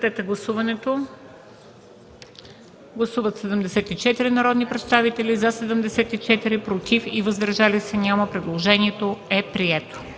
по вносител. Гласували 70 народни представители: за 70, против и въздържали се няма. Предложението е прието.